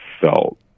felt